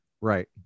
Right